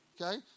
Okay